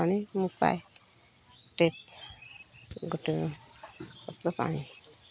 ପାଣି ମୁଁ ପାଟେ ଗୋଟିଏ ପାଣି